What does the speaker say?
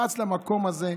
רץ למקום הזה,